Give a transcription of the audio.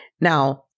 Now